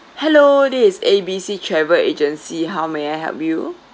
hello this is A B C travel agency how may I help you